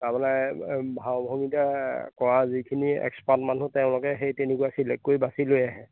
তাৰমানে ভাও ভংগীমা কৰা যিখিনি এক্সপাৰ্ট মানুহ তেওঁলোকে সেই তেনেকুৱা চিলেক্ট কৰি বাছি লৈ আহে